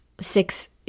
six